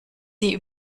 sie